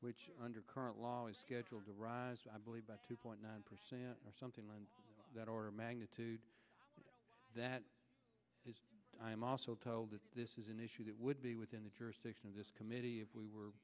which under current law is scheduled to rise i believe by two point nine percent or something like that or a magnitude that i am also told that this is an issue that would be within the jurisdiction of this committee if we were